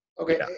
Okay